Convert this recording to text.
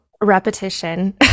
repetition